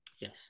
Yes